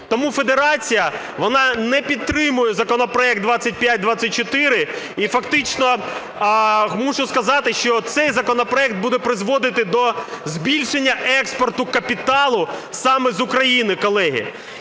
Тому федерація вона не підтримує законопроект 2524. І фактично мушу сказати, що цей законопроект буде призводити до збільшення експорту капіталу саме з Україні, колеги.